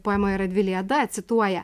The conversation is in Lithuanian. poemoje radviliada cituoja